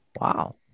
Wow